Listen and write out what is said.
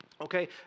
Okay